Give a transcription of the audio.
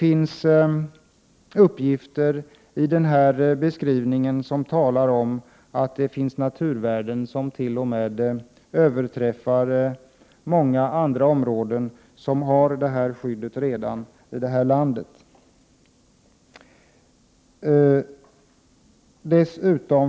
I denna beskrivning finns uppgifter om att det där finns naturvärden som t.o.m. överträffar dem som finns i många andra områden i det här landet som redan är skyddade.